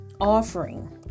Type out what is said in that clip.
Offering